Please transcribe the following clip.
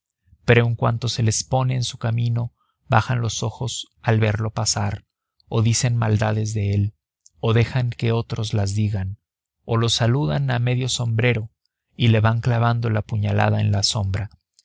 pero en cuanto se les pone en su camino bajan los ojos al verlo pasar o dicen maldades de él o dejan que otros las digan o lo saludan a medio sombrero y le van clavando la puñalada en la sombra